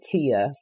Tia